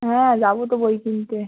হ্যাঁ যাব তো বই কিনতে